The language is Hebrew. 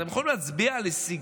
אתם יכולים להצביע על הישגים?